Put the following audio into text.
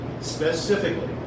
Specifically